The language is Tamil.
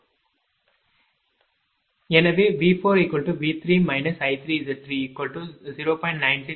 எனவே V4V3 I3Z30